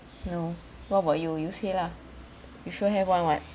no what about you you say lah you sure have one [what]